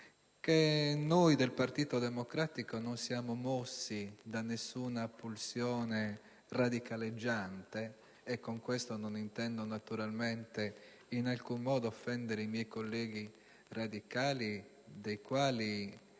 che noi del Partito Democratico non siamo mossi da nessuna pulsione radicaleggiante (e con questo non intendo naturalmente in alcun modo offendere i miei colleghi radicali, verso i quali